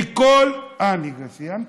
כבר סיימתי?